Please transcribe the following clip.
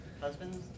Husbands